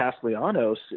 Castellanos